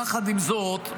יחד עם זאת,